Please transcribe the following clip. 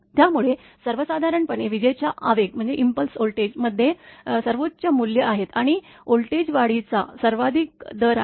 त्यामुळे सर्वसाधारण पणे विजेच्या आवेग व्होल्टेज मध्ये सर्वोच्च मूल्ये आहेत आणि व्होल्टेज वाढीचा सर्वाधिक दर आहे